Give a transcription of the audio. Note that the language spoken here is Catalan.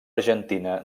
argentina